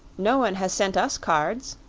no one has sent us cards,